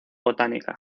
botánica